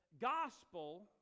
gospel